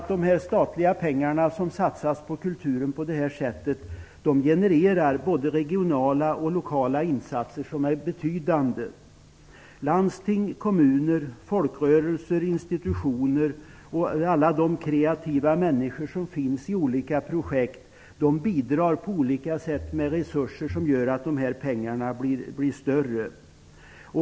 De statliga pengar som satsas på kulturen på detta sätt genererar både regionala och lokala insatser som är betydande. Landsting, kommuner, folkrörelser, institutioner och alla de kreativa människor som finns i olika projekt bidrar på olika sätt med resurser som gör att dessa pengar blir större.